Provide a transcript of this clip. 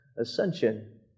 ascension